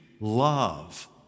love